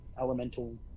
elemental